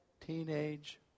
teenage